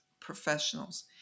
professionals